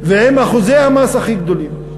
ועם אחוזי המס הכי גדולים.